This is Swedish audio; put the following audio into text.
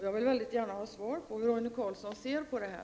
Jag vill gärna ha svar på frågan om hur Roine Carlsson ser på det här.